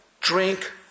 drink